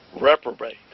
reprobate